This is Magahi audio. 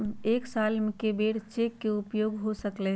एक साल में कै बेर चेक के उपयोग हो सकल हय